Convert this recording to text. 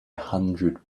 hundred